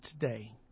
today